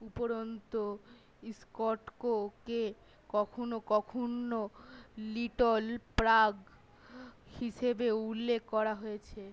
উপরন্তু ক্লডস্কোকে কখনও কখনও লিটল প্রাগ হিসেবে উল্লেখ করা হয়েছে